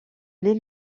les